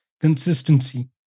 consistency